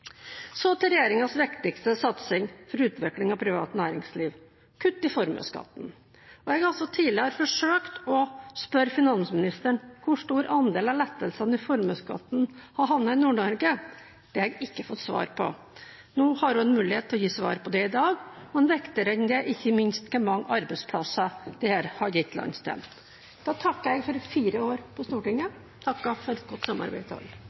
Så til regjeringens viktigste satsing for utvikling av privat næringsliv – kutt i formuesskatten. Jeg har tidligere forsøkt å spørre finansministeren: Hvor stor andel av lettelsene i formuesskatten har havnet i Nord-Norge? Det har jeg ikke fått svar på. Nå har hun en mulighet til å gi svar på det i dag, men viktigere enn det er ikke minst hvor mange arbeidsplasser dette har gitt landsdelen. Jeg takker for fire år på Stortinget og takker alle for et godt samarbeid.